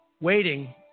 waiting